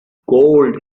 gold